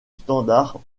standard